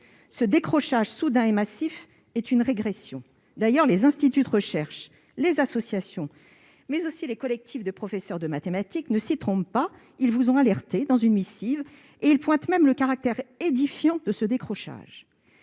Ce décrochage soudain et massif est une régression. D'ailleurs, les instituts de recherche, les associations et aussi les collectifs de professeurs de mathématiques ne s'y trompent pas : ils vous ont alerté dans une missive et ils pointent même le caractère édifiant de ce décrochage.